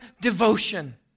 devotion